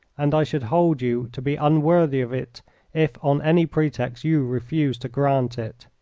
and i should hold you to be unworthy of it if on any pretext you refused to grant it.